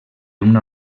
una